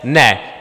Ne!